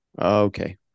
Okay